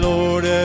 Lord